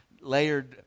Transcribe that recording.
layered